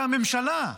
והממשלה,